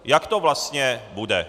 Jak to vlastně bude.